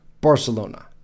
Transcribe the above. Barcelona